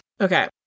Okay